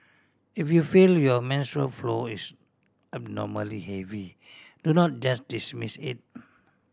if you feel your menstrual flow is abnormally heavy do not just dismiss it